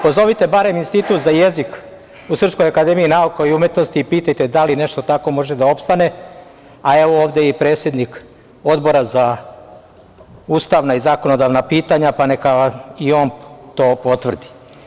Pozovite barem Institut za jezik u SANU i pitajte da li nešto tako može da opstane, a evo, ovde je i predsednik Odbora za ustavna i zakonodavna pitanja, pa neka vam i on to potvrdi.